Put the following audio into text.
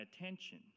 attention